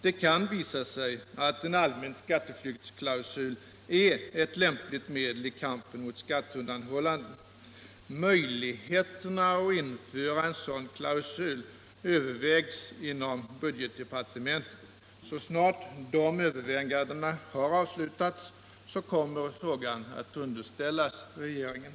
Det kan visa sig att en allmän skatteflyktsklausul är ett lämpligt medel i kampen mot skatteundanhållande. Möjligheterna att införa en sådan klausul övervägs inom budgetdepartementet. Så snart dessa överväganden har avslutats kommer frågan att underställas regeringen.